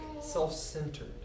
self-centered